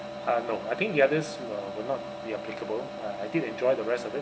uh no I think the others will will not be applicable uh I think they enjoyed the rest of it